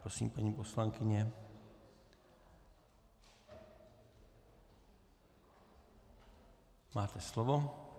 Prosím, paní poslankyně, máte slovo.